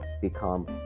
become